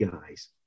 guys